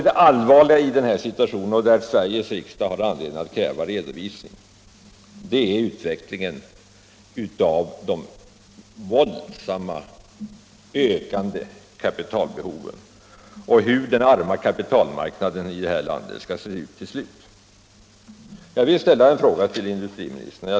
Det allvarliga i den här situationen — och det är där Sveriges riksdag har anledning att kräva redovisning — är utvecklingen mot en våldsam ökning av kapitalbehovet och hur den arma kapitalmarknaden i det här landet skall se ut till slut. Jag vill ställa ett par frågor till industriministern.